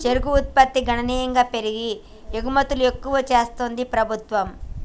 చెరుకు ఉత్పత్తి గణనీయంగా పెరిగి ఎగుమతులు ఎక్కువ చెస్తాంది ప్రభుత్వం